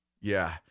Yeah